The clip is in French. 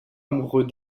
amoureux